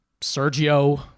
Sergio